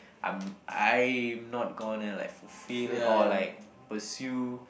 I'm I'm not gonna like fulfill or like pursue